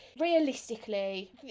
realistically